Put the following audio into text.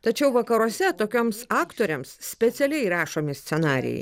tačiau vakaruose tokioms aktorėms specialiai rašomi scenarijai